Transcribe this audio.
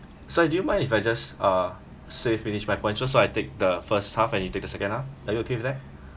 Si do you mind if I just uh say finish my point so so I take the first half and you take the second half are you okay with that